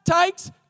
takes